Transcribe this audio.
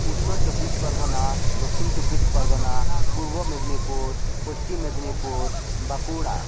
Uttar Chabbish Pargana Dakshin Chabbish Pargana Purba Medinipur Paschim Medinipur Bankura